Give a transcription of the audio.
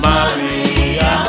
Maria